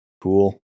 Cool